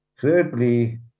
Thirdly